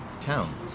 town